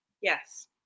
Yes